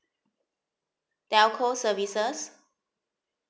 telco services